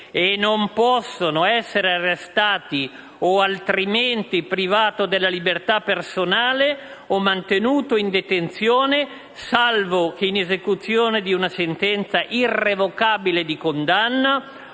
né possono essere arrestati o altrimenti privati della libertà personale, o mantenuti in detenzione, salvo che in esecuzione di una sentenza irrevocabile di condanna,